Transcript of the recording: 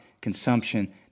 consumption